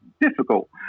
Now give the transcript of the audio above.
difficult